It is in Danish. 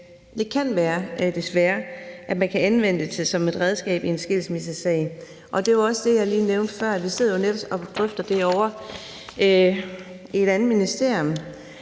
kan være, at man kan anvende det som et redskab i en skilsmissesag, og det er jo også det, jeg lige nævnte før. Vi sidder netop og drøfter det ovre i et andet ministerium,